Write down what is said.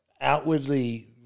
outwardly